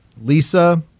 Lisa –